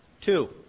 Two